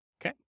okay